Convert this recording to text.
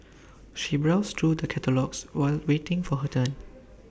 she browsed through the catalogues while waiting for her turn